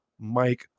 Mike